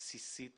בסיסית